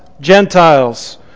Gentiles